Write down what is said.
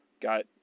got